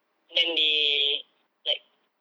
then they like